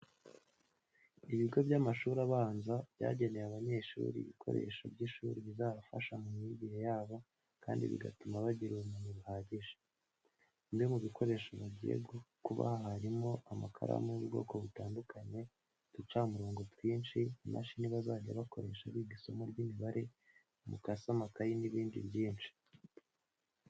Ibigo by'amashuri abanza byageneye abanyeshuri ibikoresho by'ishuri bizabafasha mu myigire yabo kandi bigatuma bagira ubumenyi buhagije. Bimwe mu bikoresho bagiye kubaha harimo amakaramu y'ubwoko butandukanye, uducamurongo twinshi, imashini bazajya bakoresha biga isomo ry'imibare, umukasi, amakayi n'ibindi byinshi.